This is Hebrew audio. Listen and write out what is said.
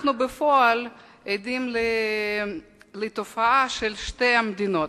בפועל אנחנו עדים לתופעה של שתי מדינות,